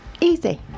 Easy